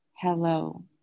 Hello